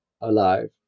alive